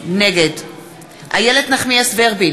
נגד איילת נחמיאס ורבין,